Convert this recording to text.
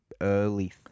early